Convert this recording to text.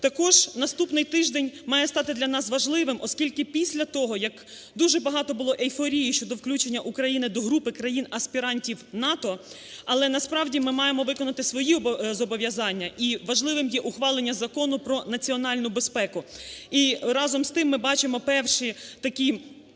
Також наступний тиждень має стати для нас важливим, оскілки після того, як дуже багато було ейфорії щодо включення України до групи країн-аспірантів НАТО, але насправді ми маємо виконати свої зобов'язання і важливим є ухвалення Закону про національну безпеку. І разом з тим ми бачимо перші такі